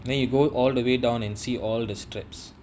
then you go all the way down and see all the straps